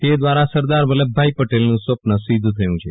તે દ્રારા સરદાર વલ્લભભાઈ પટેલનું સ્વપ્ન સિધ્ધ થયુ છે